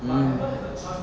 mm